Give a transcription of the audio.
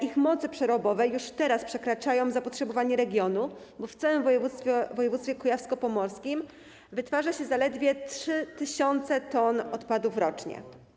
Ich moce przerobowe już teraz przekraczają zapotrzebowanie regionu, bo w całym województwie kujawsko-pomorskim wytwarza się zaledwie 3 tys. t tych odpadów rocznie.